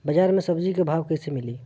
बाजार मे सब्जी क भाव कैसे मिली?